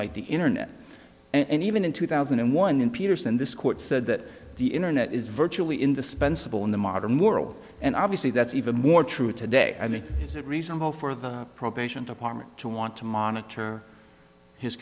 like the internet and even in two thousand and one in peterson this court said that the internet is virtually in the suspense of all in the modern world and obviously that's even more true today i mean is it reasonable for the probation department to want to monitor his